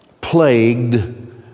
plagued